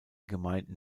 gemeinden